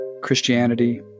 Christianity